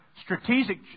strategic